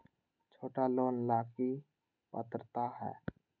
छोटा लोन ला की पात्रता है?